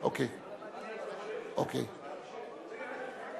על מי זה יגולגל, על